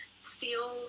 feel